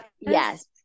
Yes